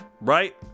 Right